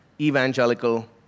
Evangelical